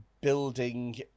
building